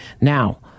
Now